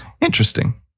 Interesting